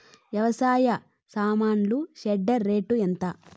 వ్యవసాయ సామాన్లు shredder rate ఎంత?